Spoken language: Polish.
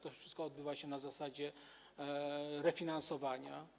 To wszystko odbywa się na zasadzie refinansowania.